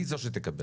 היא זו שתקבל.